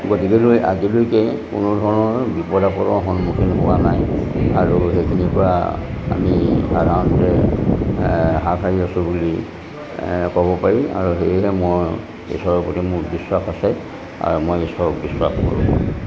গতিকেলৈ আজিলৈকে কোনো ধৰণৰ বিপদ আপদৰ সন্মুখীন হোৱা নাই আৰু সেইখিনিৰ পৰা আমি সাধাৰণতে হাত সাৰি আছোঁ বুলি ক'ব পাৰি আৰু সেয়েহে মই ঈশ্বৰৰ প্ৰতি মোৰ বিশ্বাস আছে আৰু মই ঈশ্বৰক বিশ্বাস কৰোঁ